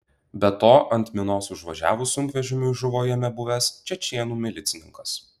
be to ant minos užvažiavus sunkvežimiui žuvo jame buvęs čečėnų milicininkas